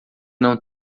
não